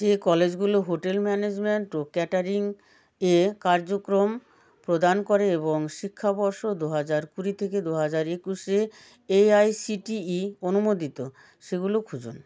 যে কলেজগুলো hotel management ও ক্যাটারিং এ কার্যক্রম প্রদান করে এবং শিক্ষাবর্ষ দু হাজার কুড়ি থেকে দু হাজার একুশ এ A I C T E অনুমোদিত সেগুলো খুঁজুন